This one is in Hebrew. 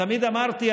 תמיד אמרתי,